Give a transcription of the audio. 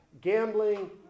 gambling